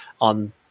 on